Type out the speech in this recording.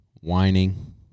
whining